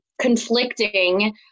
conflicting